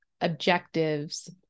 objectives